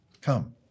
Come